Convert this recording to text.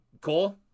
Cool